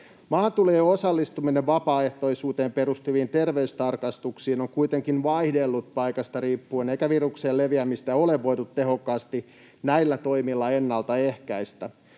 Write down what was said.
Maahantulijoiden osallistuminen vapaaehtoisuuteen perustuviin terveystarkastuksiin on kuitenkin vaihdellut paikasta riippuen, eikä viruksen leviämistä ole voitu tehokkaasti näillä toimilla ennaltaehkäistä.